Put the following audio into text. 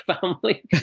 family